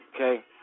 okay